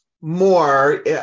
more